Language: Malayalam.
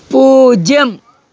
പൂജ്യം